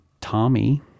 Tommy